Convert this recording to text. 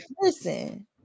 Listen